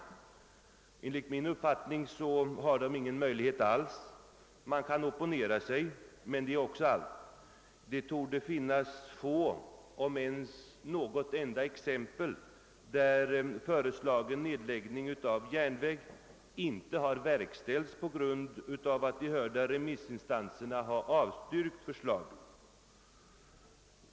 Enligt min uppfattning har de inga sådana möjligheter alls; de kan opponera sig, men det är också allt. Det torde finnas få, om ens något exempel på att förslag om nedläggning av en järnväg ej genomförts därför att de hörda remissinstanserna har avstyrkt förslaget.